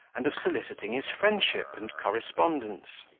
and of soliciting his friendship and correspondence.